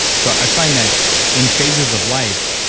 so i find that in phases of life,